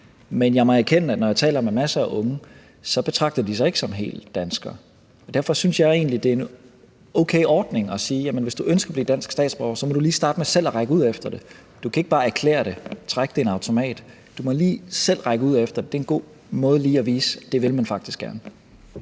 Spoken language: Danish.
Men jeg må erkende, at når jeg taler med masser af unge, betragter de sig ikke helt som danskere. Derfor synes jeg egentlig, det er en okay ordning at sige, at hvis du ønsker at blive dansk statsborger, så må du lige starte med selv at række ud efter det. Du kan ikke bare erklære det og trække det i en automat. Du må lige selv række ud efter det. Det er en god måde lige at vise på, at det vil man faktisk gerne.